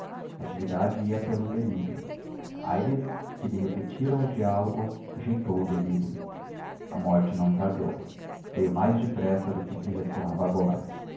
natividade ia pelo delírio aires quando lhe repetiram o diálogo rejeitou o delírio a morte não tardou veio mais depressa do que se receava agora